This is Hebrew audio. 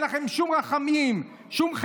אין לכם שום רחמים, שום חמלה.